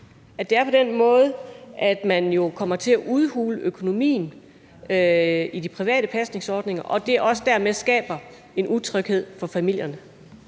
at man på den måde jo kommer til at udhule økonomien i de private pasningsordninger, og at det også dermed skaber en utryghed for familierne?